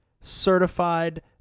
certified